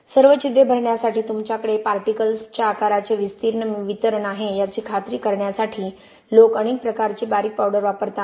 सर्व छिद्रे भरण्यासाठी तुमच्याकडे पार्टिकल्स च्या आकाराचे विस्तीर्ण वितरण आहे याची खात्री करण्यासाठी लोक अनेक प्रकारचे बारीक पावडर वापरतात